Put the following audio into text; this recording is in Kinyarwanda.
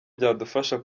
byadufasha